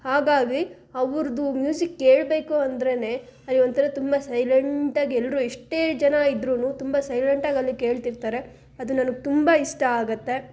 ಹಾಗಾಗಿ ಅವ್ರದ್ದು ಮ್ಯೂಸಿಕ್ ಕೇಳಬೇಕು ಅಂದ್ರೆ ಅಲ್ಲಿ ಒಂಥರ ತುಂಬ ಸೈಲೆಂಟಾಗಿ ಎಲ್ಲರೂ ಎಷ್ಟೇ ಜನ ಇದ್ರೂ ತುಂಬ ಸೈಲೆಂಟಾಗಿ ಅಲ್ಲಿ ಕೇಳ್ತಿರ್ತಾರೆ ಅದು ನನಗೆ ತುಂಬ ಇಷ್ಟ ಆಗುತ್ತೆ